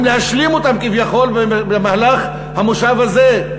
להשלים אותם כביכול במהלך המושב הזה,